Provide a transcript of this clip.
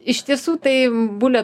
iš tiesų tai bulę